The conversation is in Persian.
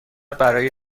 برای